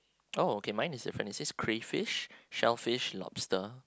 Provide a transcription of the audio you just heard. oh okay mine is different crayfish shellfish lobster